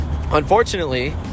unfortunately